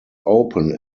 open